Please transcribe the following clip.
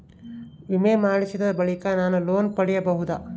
ವಿಮೆ ಮಾಡಿಸಿದ ಬಳಿಕ ನಾನು ಲೋನ್ ಪಡೆಯಬಹುದಾ?